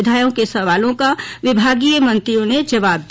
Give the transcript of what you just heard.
विधायकों के सवालों का विभागीय मंत्रियों ने जवाब दिया